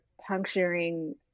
puncturing